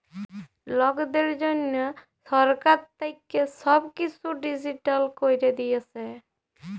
লকদের জনহ সরকার থাক্যে সব কিসু ডিজিটাল ক্যরে দিয়েসে